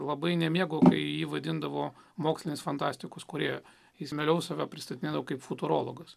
labai nemėgo kai jį vadindavo mokslinės fantastikos kūrėju jis mieliau save pristatinėdavo kaip futurologas